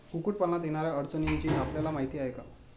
कुक्कुटपालनात येणाऱ्या अडचणींची आपल्याला माहिती आहे का?